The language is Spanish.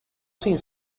sin